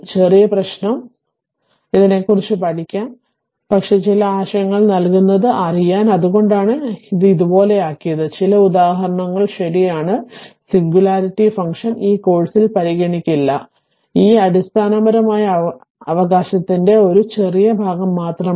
ചെറിയ പ്രശ്നം വളരെയധികം പ്രശ്നമല്ല ഇതിനെക്കുറിച്ച് പഠിക്കും പക്ഷേ ചില ആശയങ്ങൾ നൽകുന്നത് അറിയാൻ അതുകൊണ്ടാണ് ഇത് ഇതുപോലെയാക്കിയത് ചില ഉദാഹരണം ശരിയാണ് r സിംഗുലാരിറ്റി ഫംഗ്ഷൻ ഈ കോഴ്സിൽ പരിഗണിക്കില്ല ഇത് അടിസ്ഥാനപരമായ അവകാശത്തിന്റെ ഒരു ചെറിയ ഭാഗം മാത്രമാണ്